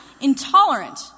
intolerant